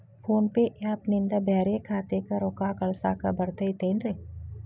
Phone pay app ನಿಂದ ಬ್ಯಾರೆ ಖಾತೆಕ್ ರೊಕ್ಕಾ ಕಳಸಾಕ್ ಬರತೈತೇನ್ರೇ?